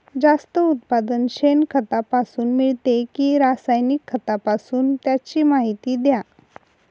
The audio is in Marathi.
जास्त उत्पादन शेणखतापासून मिळते कि रासायनिक खतापासून? त्याची माहिती द्या